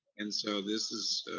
and so this is,